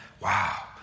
Wow